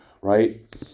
right